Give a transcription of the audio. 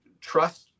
trust